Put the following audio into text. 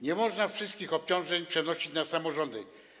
Nie można wszystkich obciążeń przenosić na samorządy.